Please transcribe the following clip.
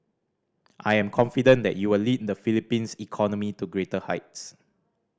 I am confident that you will lead the Philippines economy to greater heights